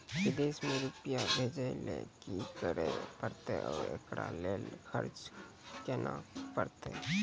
विदेश मे रुपिया भेजैय लेल कि करे परतै और एकरा लेल खर्च केना परतै?